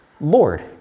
Lord